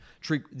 Treat